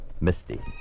Misty